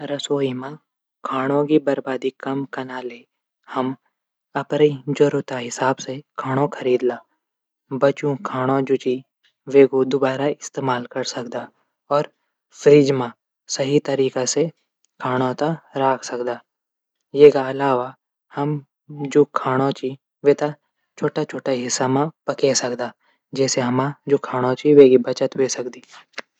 रसोई मा खाणो बर्बादी कम कनाली हम अपड जरूरत हिसाब से खाणू खरीदला। बच्यूं खाणू तै लै वेकू दुबारा इस्तेमाल कै सकदा। और बच्यूं खाणू थै फ्रीज मा सही तरीका से राख सकदा। एक अलावा हम जू खाणू च वेथे छुटा छुटा हिस्सा मा पकेय सकदा। जै हम जू खाणू च वेकी बचत ह्वे सकदी।